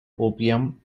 opium